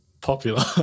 popular